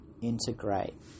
integrate